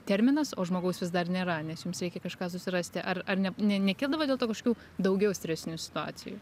terminas o žmogaus vis dar nėra nes jums reikia kažką susirasti ar ar ne ne nekildavo dėl to kažkokių daugiau stresinių situacijų